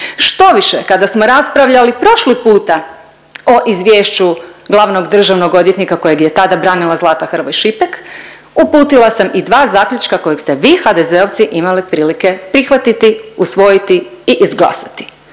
Štoviše kada smo raspravljali prošli puta o izvješću glavnog državnog odvjetnika kojeg je tada branila Zlata Hrvoj Šipek uputila sam i dva zaključka kojeg ste vi HDZ-ovci imali prilike prihvatiti, usvojiti i izglasati.